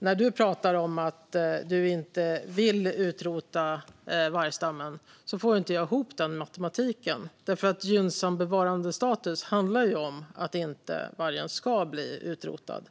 när du pratar om att du inte vill utrota vargstammen får jag inte ihop den matematiken, därför att gynnsam bevarandestatus handlar om att vargen inte ska bli utrotad.